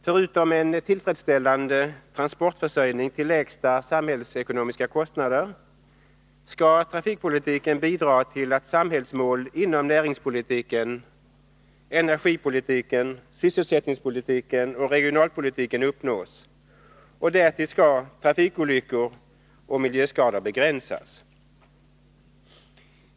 Förutom en tillfredsställande transportförsörjning till lägsta samhällsekonomiska kostnader skall trafikpolitiken bidra till att samhällsmål inom näringspolitiken, energipolitiken, sysselsättningspolitiken och regionalpolitiken uppnås, och därtill skall trafikolyckor och miljöskador begränsas.